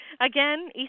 Again